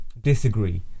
disagree